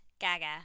Gaga